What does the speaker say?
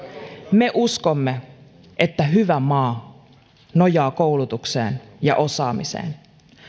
me uskomme että hyvä maa nojaa koulutukseen ja osaamiseen